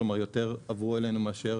כלומר יותר עברו אלינו מאשר